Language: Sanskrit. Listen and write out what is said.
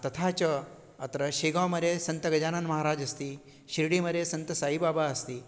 तथा च अत्र शेगाव् मरे सन्तगजानन् महाराज् अस्ति शिर्डीमरे सन्तसायिबाबा अस्ति